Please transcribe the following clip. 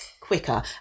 quicker